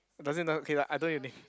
does it not okay lah I don't really